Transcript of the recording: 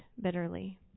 bitterly